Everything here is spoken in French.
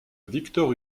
victor